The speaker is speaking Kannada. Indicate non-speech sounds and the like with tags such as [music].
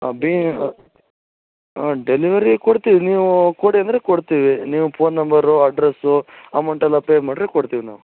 [unintelligible] ಹಾಂ ಡೆಲಿವರಿ ಕೊಡ್ತೀವಿ ನೀವು ಕೊಡಿ ಅಂದರೆ ಕೊಡ್ತೀವಿ ನೀವು ಪೋನ್ ನಂಬರು ಅಡ್ರಸ್ಸು ಅಮೌಂಟಲ್ಲ ಪೇ ಮಾಡಿದ್ರೆ ಕೊಡ್ತೀವಿ ನಾವು